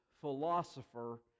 philosopher